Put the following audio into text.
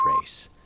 race